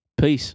Peace